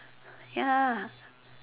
ya